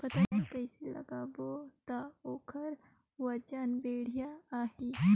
पातल कइसे लगाबो ता ओहार वजन बेडिया आही?